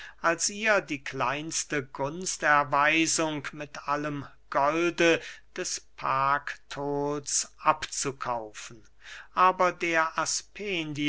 als ihr die kleinste gunsterweisung mit allem golde des paktols abzukaufen aber der